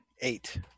eight